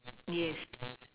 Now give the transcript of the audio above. yes